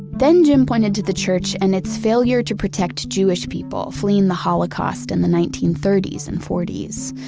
then jim pointed to the church and its failure to protect jewish people fleeing the holocaust in and the nineteen thirty s and forty s.